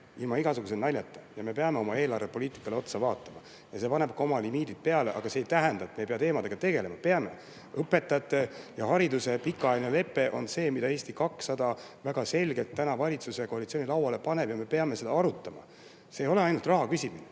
ilma igasuguse naljata. Me peame oma eelarvepoliitikale otsa vaatama. See paneb limiidid peale, aga see ei tähenda, et me ei pea teemadega tegelema. Peame! Õpetajate ja hariduse pikaajaline lepe on see, mille Eesti 200 väga selgelt praegu valitsuskoalitsiooni lauale paneb, me peame seda arutama. See ei ole ainult raha küsimine,